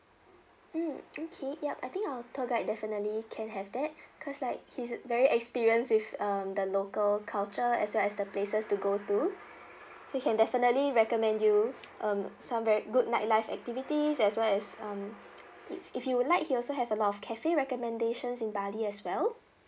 mm okay ya I think our tour guide definitely can have that because like he's very experienced with um the local culture as well as the places to go to so he can definitely recommend you um some very good nightlife activities as well as um if if you would like he also have a lot of café recommendations in bali as well